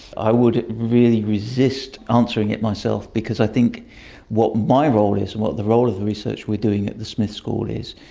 i would really resist answering it myself, because i think what my role is and what the role of the research we're doing at the smith school is,